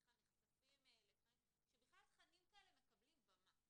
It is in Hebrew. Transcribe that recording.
בכלל נחשפים לתכנים שבגלל תכנים כאלה מקבלים במה.